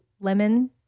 lemon